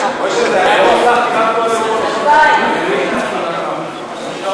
ביום הזיכרון כולם היו עומדים ככה.